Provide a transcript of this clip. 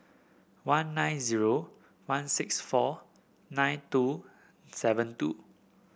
one nine zero one six four nine two seven two